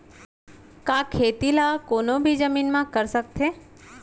का खेती ला कोनो भी जमीन म कर सकथे?